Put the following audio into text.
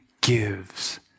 gives